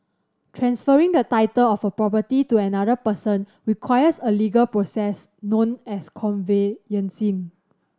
transferring the title of a property to another person requires a legal process known as conveyancing